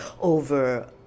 over